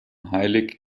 heilig